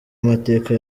amateka